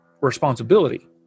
responsibility